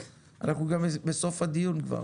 אנחנו גם בסוף הדיון כבר,